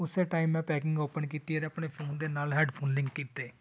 ਉਸੇ ਟਾਈਮ ਮੈਂ packing open ਕੀਤੀ ਅਤੇ ਆਪਣੇ ਫੋਨ ਦੇ ਨਾਲ ਹੈਡਫੋਨ ਲਿੰਕ ਕੀਤੇ